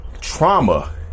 trauma